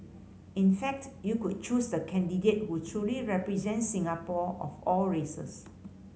in fact you could choose the candidate who truly represent Singapore of all races